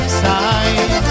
side